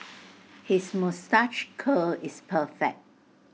his moustache curl is perfect